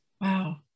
wow